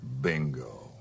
Bingo